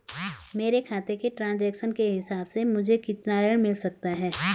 मेरे खाते के ट्रान्ज़ैक्शन के हिसाब से मुझे कितना ऋण मिल सकता है?